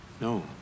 No